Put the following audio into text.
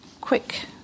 quick